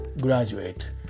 graduate